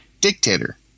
dictator